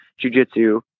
jujitsu